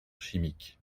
chimique